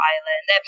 Island